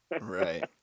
Right